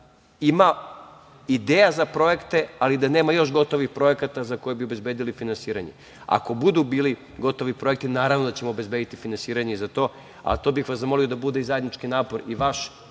ima ideja za projekte, ali da nema još gotovih projekata za koje bi obezbedili finansiranje. Ako budu bili gotovi projekti naravno da ćemo obezbediti finansiranje i za to. Zamolio bih vas da to da bude i zajednički napor, i vaš